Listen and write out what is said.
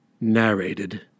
Narrated